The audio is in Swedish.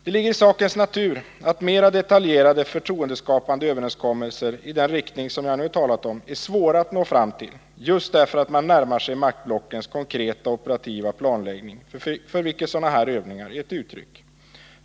Det ligger i sakens natur att mera detaljerade förtroendeskapande överenskommelser i den riktning jag angivit är svåra nå fram till, just därför att man närmar sig maktbalansens konkreta operativa planläggning, för vilket sådana här övningar är ett uttryck.